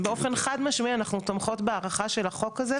באופן חד משמעי אנחנו תומכות בהארכה של חוק הזה.